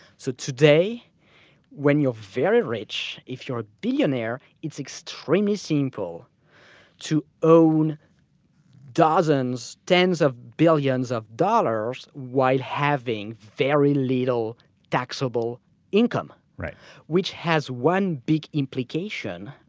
so today when you're very rich, if you're a billionaire, it's extremely simple to own dozens, tens of billions of dollars, while having very little taxable income, which has one big implication,